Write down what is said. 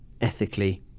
ethically